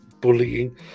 bullying